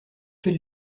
fais